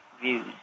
views